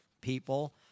people